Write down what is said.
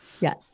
Yes